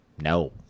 no